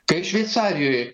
kai šveicarijoj